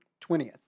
20th